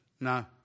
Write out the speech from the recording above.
No